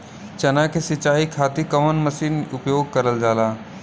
चना के सिंचाई खाती कवन मसीन उपयोग करल जाला?